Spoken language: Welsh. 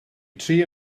trio